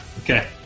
Okay